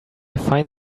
find